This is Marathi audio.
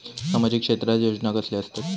सामाजिक क्षेत्रात योजना कसले असतत?